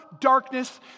darkness